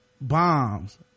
bombs